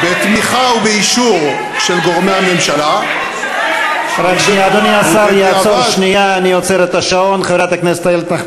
הודעות של ועדת הכנסת באמצעות יושב-ראש ועדת הכנסת חבר הכנסת יואב